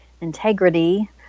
integrity